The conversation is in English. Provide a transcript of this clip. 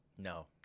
No